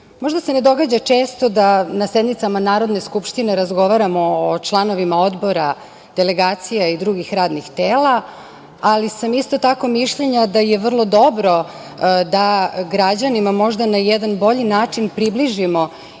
možda se ne događa često da na sednicama Narodne skupštine razgovaramo o članovima odbora, delegacija i drugih radnih tela, ali sam isto tako mišljenja da je vrlo dobro da građanima možda na jedan bolji način približimo